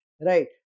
right